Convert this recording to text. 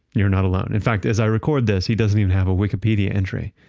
you're not alone. in fact, as i record this, he doesn't even have a wikipedia entry.